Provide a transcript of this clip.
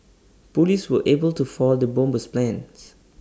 Police were able to foil the bomber's plans